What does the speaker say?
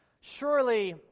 Surely